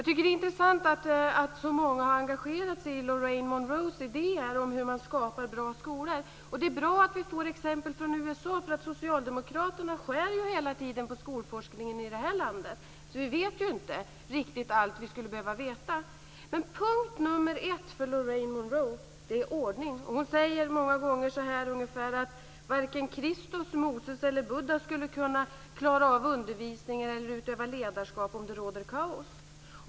Det är intressant att så många har engagerat sig i Lorraine Monroes idéer om hur man skapar bra skolor. Det är bra att vi får exempel från USA. Socialdemokraterna skär ju hela tiden på skolforskningen i det här landet. Därför vet vi inte riktigt allt som vi skulle behöva veta. Punkt nr 1 för Lorraine Monroe är ordning. Hon säger många gånger ungefär så här: Varken Kristus, Moses eller Buddha skulle kunna klara av undervisning eller utöva ledarskap om det rådde kaos.